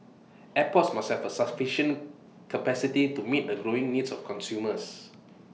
airports must have sufficient capacity to meet the growing needs of consumers